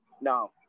no